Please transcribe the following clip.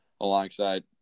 alongside